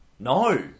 No